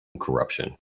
corruption